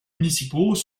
municipaux